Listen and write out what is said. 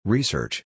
Research